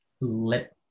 Let